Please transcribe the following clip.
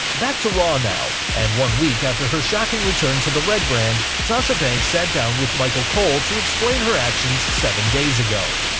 back to raw now, and one week after her shocking return to the red brand, sasha banks sat down with michael cole to explain her actions seven days ago.